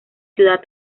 ciudad